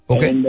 Okay